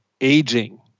aging